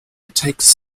takes